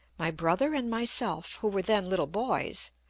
my brother and myself, who were then little boys,